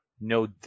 no